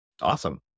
Awesome